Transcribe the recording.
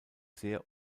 sehr